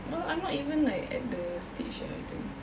LOL I'm not even at like the stage eh I think